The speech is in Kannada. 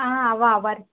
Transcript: ಹಾಂ ಅವೆ ಅವೆ ರೀ